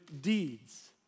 deeds